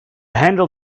handle